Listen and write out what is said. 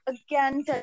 again